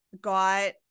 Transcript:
got